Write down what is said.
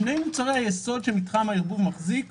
שני מוצרי היסוד שמתחם הערבוב מחזיק לגיטימיים.